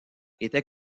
était